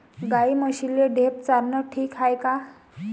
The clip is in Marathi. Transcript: गाई म्हशीले ढेप चारनं ठीक हाये का?